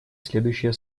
следующие